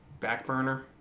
Backburner